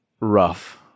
rough